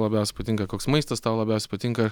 labiausiai patinka koks maistas tau labiausiai patinka